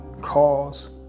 cause